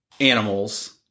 animals